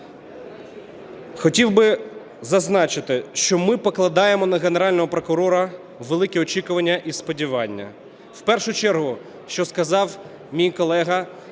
Хотів би зазначити, що ми покладаємо на Генерального прокурора великі очікування і сподівання. В першу чергу, що сказав мій колега